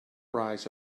rise